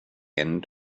end